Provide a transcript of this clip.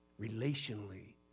relationally